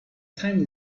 time